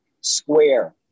Square